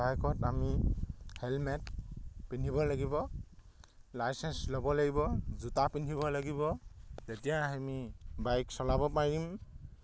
বাইকত আমি হেলমেট পিন্ধিব লাগিব লাইচেন্স ল'ব লাগিব জোতা পিন্ধিব লাগিব তেতিয়াহে আমি বাইক চলাব পাৰিম